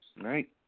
Right